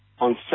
On